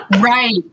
right